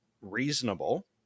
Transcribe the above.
reasonable